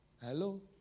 Hello